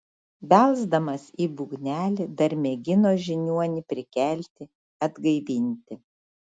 belsdamas į būgnelį dar mėgino žiniuonį prikelti atgaivinti